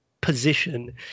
position